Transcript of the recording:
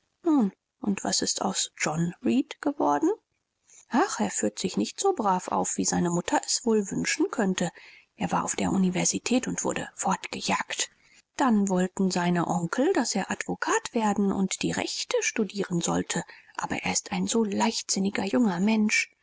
und was ist aus john reed geworden ach er führt sich nicht so brav auf wie seine mutter es wohl wünschen könnte er war auf der universität und wurde fortgejagt dann wollten seine onkel daß er advokat werden und die rechte studieren sollte aber er ist ein so leichtsinniger junger mensch